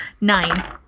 Nine